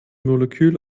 molekül